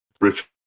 rich